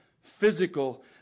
physical